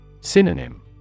Synonym